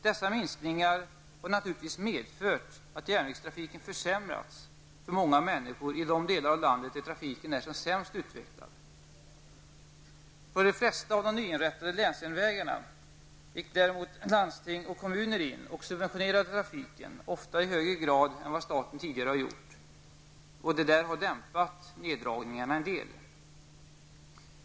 Dessa minskningar har naturligtvis medfört att järnvägstrafiken försämrats för många människor i de delar av landet där trafiken är sämst utvecklad. På de flesta av de nyinrättade länsjärnvägarna gick däremot landsting och kommuner in och subventionerade trafiken -- ofta i högre grad än vad staten tidigare har gjort. Detta har dämpat neddragningarna en del.